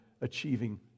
achieving